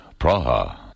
Praha